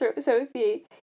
Sophie